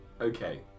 Okay